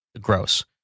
gross